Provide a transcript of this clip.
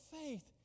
faith